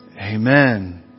Amen